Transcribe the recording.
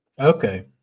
okay